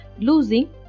losing